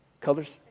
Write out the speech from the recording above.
Colors